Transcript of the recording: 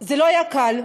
זה לא היה קל,